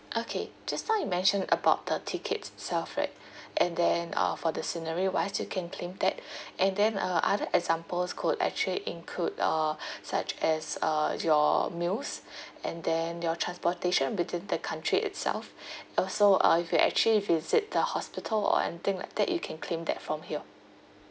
okay just now you mentioned about the tickets self right and then uh for the scenery wise you can claim that and then uh other examples could actually include uh such as uh your meals and then your transportation between the country itself uh so uh if you actually visit the hospital or anything like that you can claim that from here